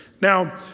Now